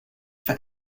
for